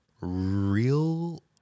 real